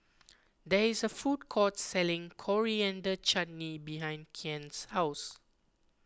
there is a food court selling Coriander Chutney behind Kian's house